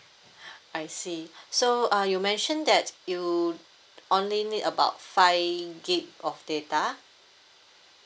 I see so uh you mentioned that you only need about five gig of data